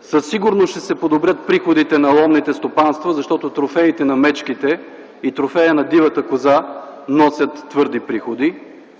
със сигурност ще се подобрят приходите на ловните стопанства, защото трофеите на мечките и трофея на дивата коза носят твърди приходи.